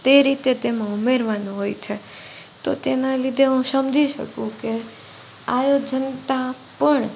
તે રીતે તેમાં ઉમેરવાનું હોય છે તો તેના લીધે હું સમજી શકું કે આયોજનતા પણ